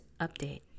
update